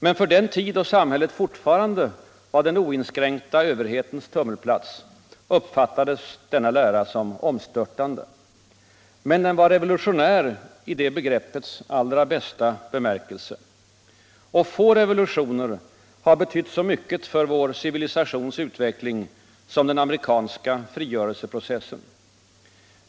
Men för den tid då samhället fortfarande var den oinskränkta överhetens tummelplats uppfattades denna lära som omstörtande. Den var emellertid revolutionär i det begreppets bästa bemärkelse. Få revolutioner har betytt så mycket för vår civilisations utveckling som den amerikanska frigörelseprocessen.